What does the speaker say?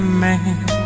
man